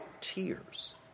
tears